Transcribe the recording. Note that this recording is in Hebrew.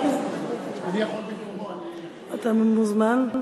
אתה מוזמן.